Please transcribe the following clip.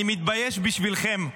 אני מתבייש בשבילכם,